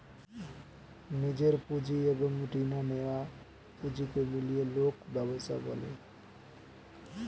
নিজের পুঁজি এবং রিনা নেয়া পুঁজিকে মিলিয়ে লোক ব্যবসা করে